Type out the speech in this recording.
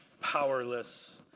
powerless